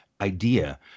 idea